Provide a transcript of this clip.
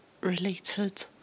related